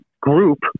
group